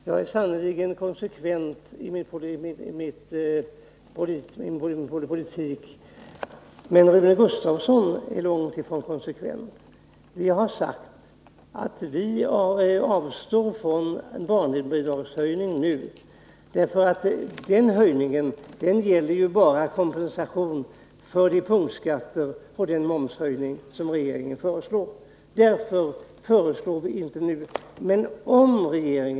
Herr talman! Jag är sannerligen konsekvent i min politik, men Rune Gustavsson är långt ifrån konsekvent. Vi har sagt att vi vill avstå från barnbidragshöjning nu därför att den höjningen bara gäller kompensation för de punktskatter och den momshöjning som regeringen föreslår. Därför föreslår vi inte nu någon barnbidragshöjning.